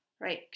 right